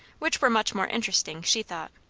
which were much more interesting, she thought.